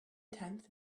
tenth